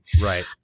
Right